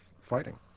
fighting